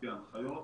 לפי ההנחיות,